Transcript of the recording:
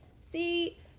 See